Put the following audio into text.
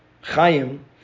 Chaim